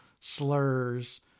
slurs